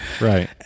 right